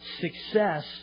Success